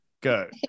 go